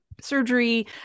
surgery